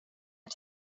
att